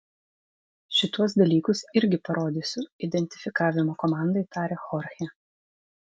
šituos dalykus irgi parodysiu identifikavimo komandai tarė chorchė